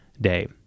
day